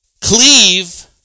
cleave